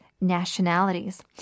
nationalities